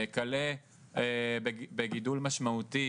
וכלה בגידול משמעותי